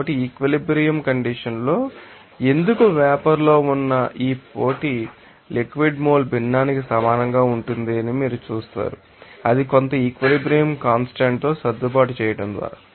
కాబట్టి equilibrium condition లో నేను ఎందుకు వేపర్ లో ఉన్న ఈ పోటీ లిక్విడ్ మోల్ భిన్నానికి సమానంగా ఉంటుందని మీరు చూస్తారు అది కొంత ఈక్విలిబ్రియం కాన్స్టాంట్ తో సర్దుబాటు చేయడం ద్వారా